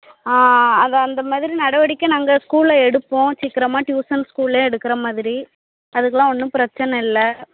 ஆ அது அந்த மாதிரி நடவடிக்கை நாங்கள் ஸ்கூல்ல எடுப்போம் சீக்கிரமாக டியூசன் ஸ்கூல்லயே எடுக்கிற மாதிரி அதுக்கெலாம் ஒன்றும் பிரச்சனை இல்லை